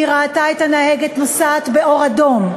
היא ראתה את הנהגת נוסעת באור אדום,